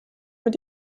mit